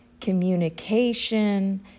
communication